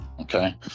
okay